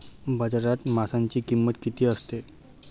बाजारात माशांची किंमत किती असते?